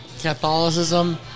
Catholicism